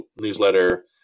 newsletter